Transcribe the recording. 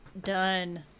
done